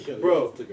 bro